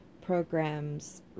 programs